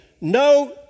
no